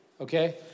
Okay